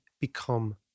become